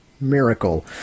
miracle